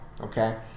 Okay